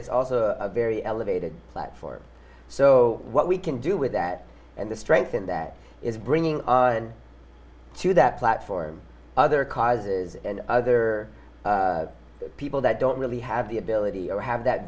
it's also a very elevated platform so what we can do with that and the strength in that is bringing to that platform other causes other people that don't really have the ability or have that